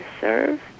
serve